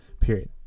Period